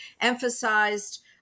emphasized